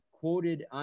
Quoted